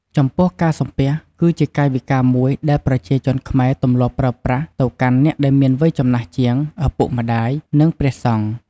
ចំពោះការសំពះ គឺជាកាយវិការមួយដែលប្រជាជនខ្មែរទម្លាប់ប្រើប្រាស់ទៅកាន់អ្នកដែលមានវ័យចំណាស់ជាង ឪពុកម្ដាយ និងព្រះសង្ឃ។